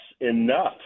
enough